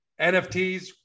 NFTs